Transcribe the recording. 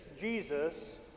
Jesus